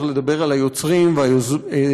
צריך לדבר על היוצרים והיוצרות,